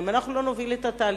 אם אנחנו לא נוביל את התהליך,